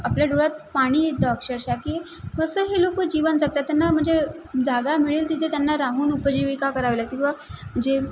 आपल्या डोळ्यात पाणी येतं अक्षरशः की कसं ही लोकं जीवन जगतात त्यांना म्हणजे जागा मिळेल तिथे त्यांना राहून उपजीविका करावी लागते किंवा जे